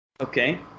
okay